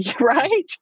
Right